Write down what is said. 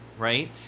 right